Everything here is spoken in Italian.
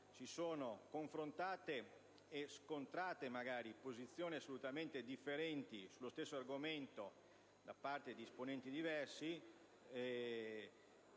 si sono confrontate, e magari scontrate, posizioni assolutamente differenti sullo stesso argomento da parte di esponenti diversi,